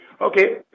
Okay